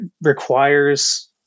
requires